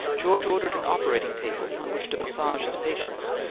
george ordered an operating table, on which to massage his patients,